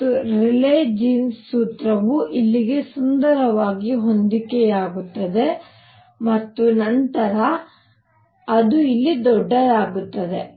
ಮತ್ತು Rayleigh Jeans ಸೂತ್ರವು ಇಲ್ಲಿಗೆ ಸುಂದರವಾಗಿ ಹೊಂದಿಕೆಯಾಗುತ್ತದೆ ಮತ್ತು ನಂತರ ಅದು ಇಲ್ಲಿ ದೊಡ್ಡದಾಗುತ್ತದೆ